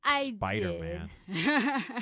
Spider-Man